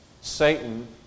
Satan